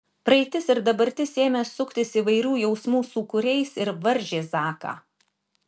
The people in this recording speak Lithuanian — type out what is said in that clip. praeitis ir dabartis ėmė suktis įvairių jausmų sūkuriais ir varžė zaką